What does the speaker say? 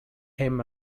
him